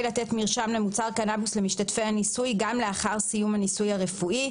לתת מרשם למוצר קנבוס למשתתפי הניסוי גם לאחר סיום הניסוי הרפואי,